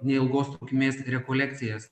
neilgos trukmės rekolekcijas